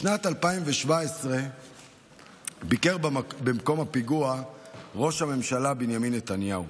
בשנת 2017 ביקר במקום הפיגוע ראש הממשלה בנימין נתניהו.